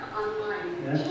online